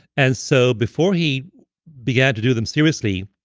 and so before he began to do them seriously,